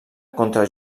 contra